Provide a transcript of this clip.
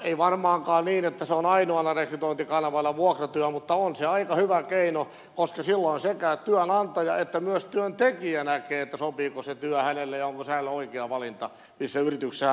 ei varmaankaan ole niin että on ainoana rekrytointikanavana vuokratyö mutta on se aika hyvä keino koska silloin sekä työnantaja että myös työntekijä näkee sopiiko se työ hänelle ja onko se hänelle oikea valinta missä yrityksessä hän on töissä